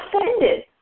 Offended